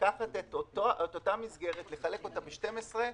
לקחת את אותה מסגרת, לחלק אותה ב-12,